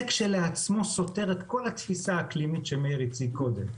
זה כשלעצמו סותר את כל התפיסה האקלימית שמאיר הציג קודם,